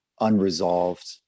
unresolved